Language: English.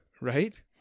right